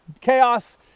chaos